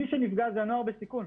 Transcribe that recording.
מי שנפגע זה הנוער בסיכון.